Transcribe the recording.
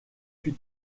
plus